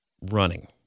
Running